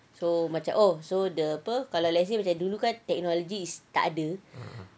so macam oh so the apa kalau let's say dulu kan technology is takde